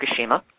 Fukushima